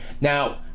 Now